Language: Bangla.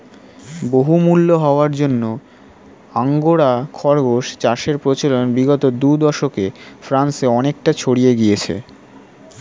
বহুমূল্য হওয়ার জন্য আঙ্গোরা খরগোশ চাষের প্রচলন বিগত দু দশকে ফ্রান্সে অনেকটা ছড়িয়ে গিয়েছে